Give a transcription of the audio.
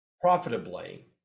profitably